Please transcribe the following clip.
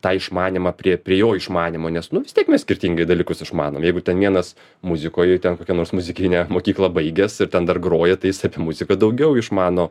tą išmanymą prie prie jo išmanymo nes nu vis tiek mes skirtingai dalykus išmanom jeigu ten vienas muzikoj ten kokią nors muzikinę mokyklą baigęs ir ten dar groja tai jis apie muziką daugiau išmano